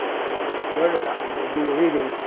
as you'll learn about when you do your reading,